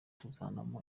kuzanamo